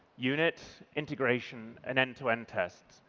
unit, integration and end-to-end tests.